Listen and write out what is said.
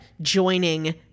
joining